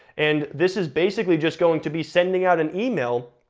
and this is basically just going to be sending out an email,